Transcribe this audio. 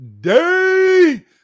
day